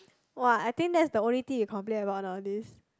[wah] I think that's the only thing you complain about nowadays